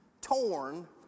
Torn